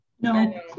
no